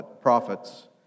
prophets